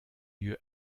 lieu